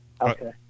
Okay